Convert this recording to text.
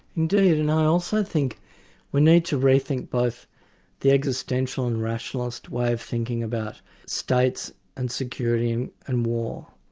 indeed, and i also think we need to re-think both the existential and rationalist way of thinking about states and security and war,